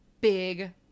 big